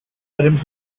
items